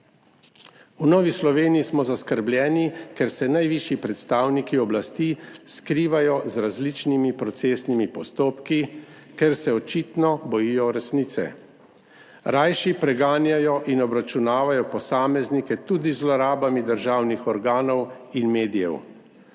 V Novi Sloveniji smo zaskrbljeni, ker se najvišji predstavniki oblasti skrivajo z različnimi procesnimi postopki. Ker se očitno bojijo resnice, rajši preganjajo in obračunavajo posameznike, tudi z zlorabami državnih organov 9.